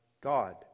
God